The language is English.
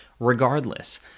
Regardless